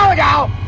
ah go